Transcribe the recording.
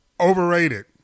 Overrated